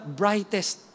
brightest